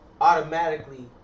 automatically